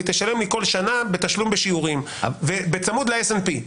היא תשלם לי כל שנה בתשלום בשיעורים ובצמוד ל-S&P.